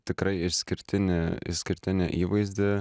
tikrai išskirtinį išskirtinį įvaizdį